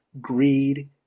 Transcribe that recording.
greed